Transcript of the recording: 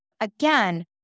Again